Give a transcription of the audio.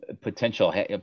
potential